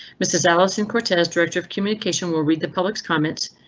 mrs allison cortez, director of communication, will read the public's comments.